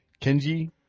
Kenji